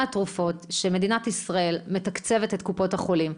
התרופות שמדינת ישראל מתקצבת את קופות החולים.